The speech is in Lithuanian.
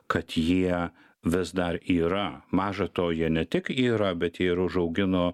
kad jie vis dar yra maža to jie ne tik yra bet jie ir užaugino